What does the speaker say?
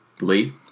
Lee